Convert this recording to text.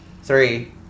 Three